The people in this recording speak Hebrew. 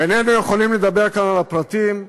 איננו יכולים לדבר כאן על הפרטים,